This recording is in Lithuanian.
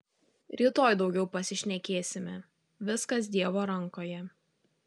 rytoj daugiau pasišnekėsime viskas dievo rankoje